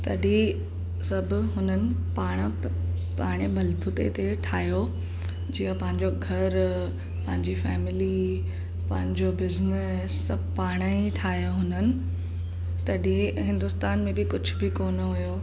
तॾहिं सभु हुननि पाण पाणे बलबुते ते ठाहियो जीअं पंहिंजो घरु पांजी फैमिली पंहिंजो बिज़नस सभु पाण ई ठाहियो हुननि तॾहिं हिंदुस्तान में बि कुझु बि कोन हुओ